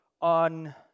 on